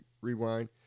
rewind